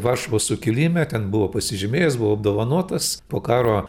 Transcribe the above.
varšuvos sukilime ten buvo pasižymėjęs buvo apdovanotas po karo